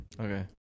Okay